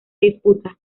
disputa